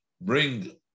bring